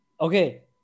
Okay